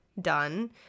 done